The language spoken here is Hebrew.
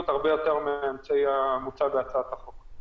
הרבה יותר מהאמצעי המוצע בהצעת החוק.